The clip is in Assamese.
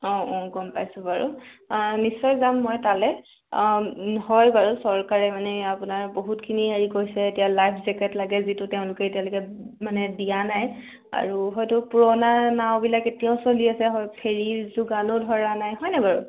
অ অ গম পাইছোঁ বাৰু নিশ্চয় যাম মই তালৈ অ হয় বাৰু চৰকাৰে মানে আপোনাৰ বহুতখিনি হেৰি কৰিছে এতিয়া লাইফ জেকেট লাগে যিটো তেওঁলোকে এতিয়ালৈকে মানে দিয়া নাই আৰু হয়তো পুৰণা নাওবিলাক এতিয়াও চলি আছে ফেৰি যোগানো ধৰা নাই হয়নে বাৰু